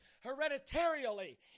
hereditarily